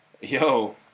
Yo